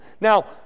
now